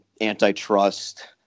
antitrust